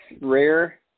rare